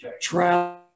travel